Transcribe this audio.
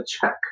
check